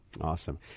Awesome